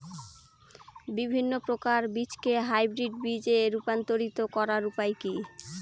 বিভিন্ন প্রকার বীজকে হাইব্রিড বীজ এ রূপান্তরিত করার উপায় কি?